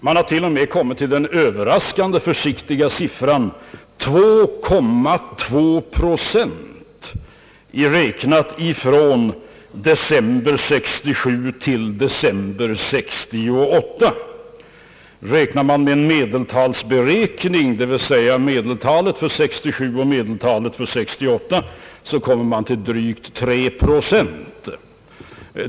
Man har till och med kommit med den överraskande försiktiga siffran 2,2 procent, räknat från december 1967 till december 1968. Använder man en medeltalsberäkning och tar medel talen för 1967 och för 1968, kommer man till drygt 3 procent.